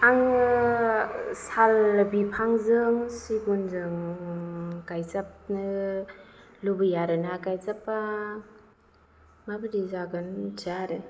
आङो साल बिफांजों सिगुनजों गायजाबनो लुबैया आरोना गायजाब्बा माबायदि जागोन मिथिया आरो